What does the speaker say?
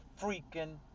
freaking